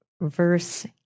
verse